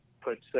puts